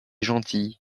gentille